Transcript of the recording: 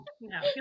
No